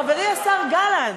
חברי השר גלנט.